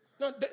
No